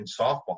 softball